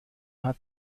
hat